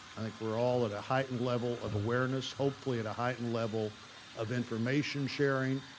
i think we're all at a heightened level of awareness, hopefully at a heightened level of information sharing.